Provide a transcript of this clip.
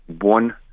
one